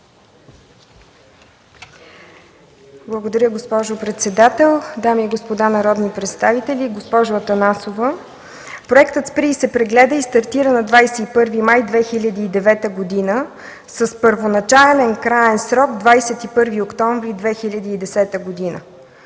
Благодаря, госпожо председател. Дами и господа народни представители, госпожо Атанасова! Проектът „Спри и се прегледай” стартира на 21 май 2009 г. с първоначален краен срок 21 октомври 2010 г.